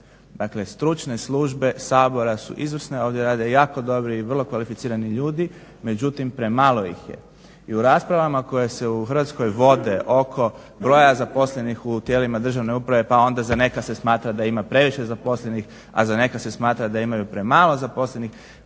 dakle stručne službe Sabora su izvrsne, ondje rade jako dobri i vrlo kvalificirani ljudi, međutim premalo ih je. I u raspravama koje se u Hrvatskoj vode oko broja zaposlenih u tijelima državne uprave pa onda za neka se smatra da ima previše zaposlenih, a za neka se smatra da imaju premalo zaposlenih,